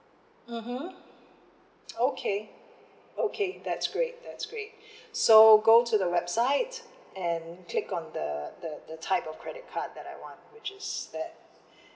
mmhmm okay okay that's great that's great so go to the website and click on the the the type of credit card that I want which is that